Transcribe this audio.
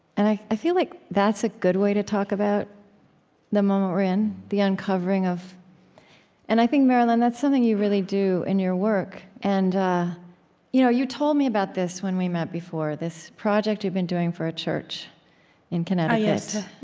and i i feel like that's a good way to talk about the moment we're in, the uncovering of and i think, marilyn, that's something you really do in your work. and you know you told me about this when we met before, this project you've been doing for a church in connecticut.